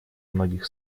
многих